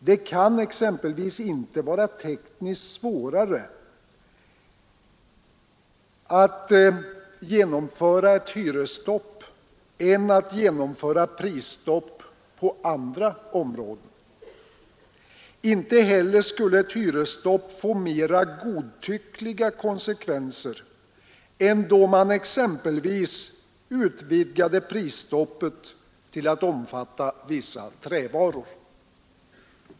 Det kan exempelvis inte vara tekniskt svårare att genomföra ett hyresstopp än att genomföra prisstopp på andra områden. Inte heller skulle ett hyresstopp få mera godtyckliga konsekvenser än då man exempelvis utvidgade prisstoppet till att omfatta vissa trävaror.